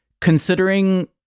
considering